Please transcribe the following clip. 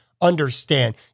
understand